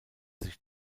sich